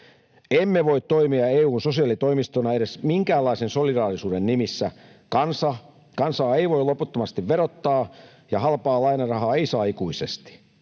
Emme voi toimia EU:n sosiaalitoimistona edes minkäänlaisen solidaarisuuden nimissä. Kansaa ei voi loputtomasti verottaa, ja halpaa lainarahaa ei saa ikuisesti.